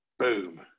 Boom